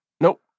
Nope